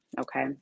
okay